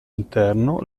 interno